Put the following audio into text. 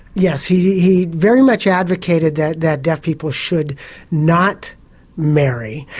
yes, he he very much advocated that that deaf people should not marry.